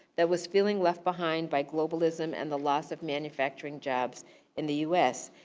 that was feeling left behind by globalism, and the loss of manufacturing jobs in the us.